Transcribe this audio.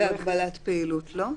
בהגבלת פעילות, לא?